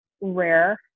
rare